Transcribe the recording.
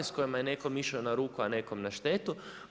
S kojima je nekome išao na ruku, a nekom na štetu.